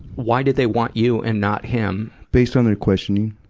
why did they want you and not him? based on their questioning,